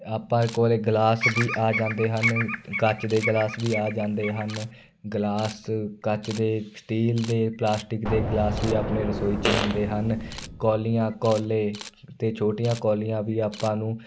ਆਪਾਂ ਕੋਲ ਗਲਾਸ ਵੀ ਆ ਜਾਂਦੇ ਹਨ ਕੱਚ ਦੇ ਗਲਾਸ ਵੀ ਆ ਜਾਂਦੇ ਹਨ ਗਲਾਸ ਕੱਚ ਦੇ ਸਟੀਲ ਦੇ ਪਲਾਸਟਿਕ ਦੇ ਗਲਾਸ ਵੀ ਆਪਣੇ ਰਸੋਈ 'ਚ ਹੁੰਦੇ ਹਨ ਕੌਲੀਆਂ ਕੌਲੇ ਅਤੇ ਛੋਟੀਆਂ ਕੌਲੀਆਂ ਵੀ ਆਪਾਂ ਨੂੰ